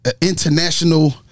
International